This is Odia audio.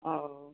ହଉ